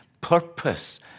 purpose